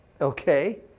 Okay